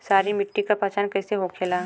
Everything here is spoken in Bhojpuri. सारी मिट्टी का पहचान कैसे होखेला?